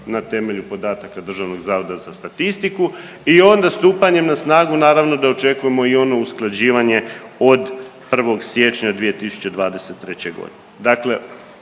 na temelju podataka DZS i onda stupanjem na snagu naravno da očekujemo i ono usklađivanje od 1. siječnja 2023.g.